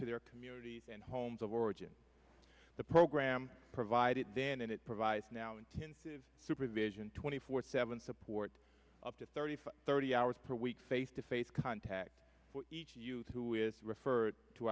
to their community of origin the program provided then and it provides now intensive supervision twenty four seventh's support up to thirty thirty hours per week face to face contact each youth who is referred to